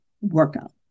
workout